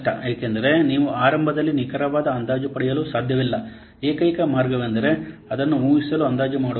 ಏಕೆಂದರೆ ನೀವು ಆರಂಭದಲ್ಲಿ ನಿಖರವಾದ ಅಂದಾಜು ಪಡೆಯಲು ಸಾಧ್ಯವಿಲ್ಲ ಏಕೈಕ ಮಾರ್ಗವೆಂದರೆ ಅದನ್ನು ಊಹಿಸಲು ಅಂದಾಜು ಮಾಡುವುದು